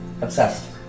Obsessed